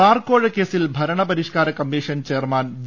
bar കോഴ കേസിൽ ഭരണ പരിഷ്ക്കാര കമ്മീ ഷൻ ചെയർമാൻ വി